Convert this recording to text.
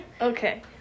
Okay